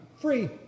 free